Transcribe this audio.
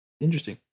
Interesting